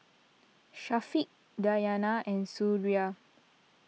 Syafiq Diyana and Suraya